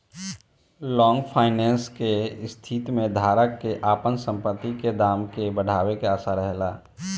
long finance के स्थिति में धारक के आपन संपत्ति के दाम के बढ़ावे के आशा रहेला